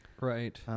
Right